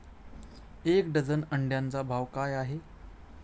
एक डझन अंड्यांचा भाव काय आहे?